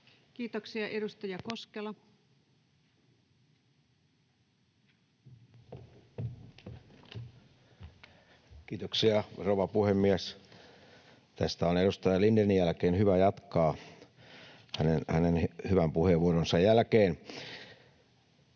2024 Time: 17:46 Content: Kiitoksia, rouva puhemies! Tästä on edustaja Lindénin jälkeen hyvä jatkaa hänen hyvän puheenvuoronsa jälkeen.